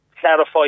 clarify